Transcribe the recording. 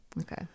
Okay